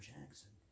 Jackson